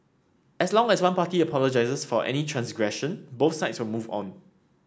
as long as one party apologises for any transgression both sides will move on